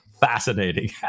fascinating